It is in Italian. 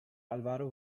álvaro